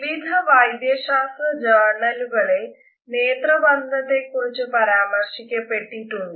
വിവിധ വൈദ്യശാസ്ത്ര ജേര്ണലുകളിൽ നേത്രബന്ധത്തെക്കുറിച് പരാമര്ശിക്കപ്പെട്ടിട്ടുണ്ട്